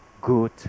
good